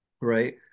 right